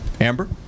Amber